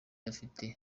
afite